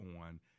on